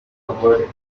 covered